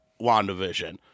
WandaVision